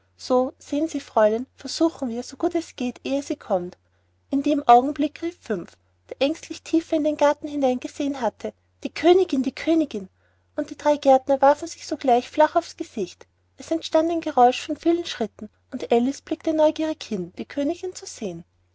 so sehen sie fräulein versuchen wir so gut es geht ehe sie kommt in dem augenblick rief fünf der ängstlich tiefer in den garten hinein gesehen hatte die königin die königin und die drei gärtner warfen sich sogleich flach auf's gesicht es entstand ein geräusch von vielen schritten und alice blickte neugierig hin die königin zu sehen